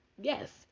Yes